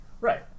right